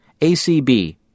ACB